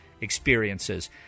experiences